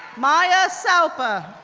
maya saupe,